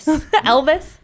Elvis